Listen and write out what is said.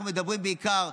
אנחנו מדברים בעיקר,